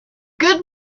good